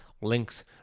links